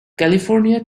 california